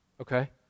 Okay